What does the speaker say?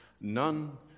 none